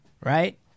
right